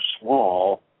small